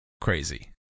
crazy